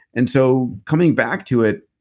and so coming back to it,